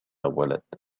ولد